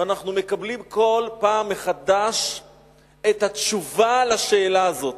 ואנחנו מקבלים כל פעם מחדש את התשובה על השאלה הזאת.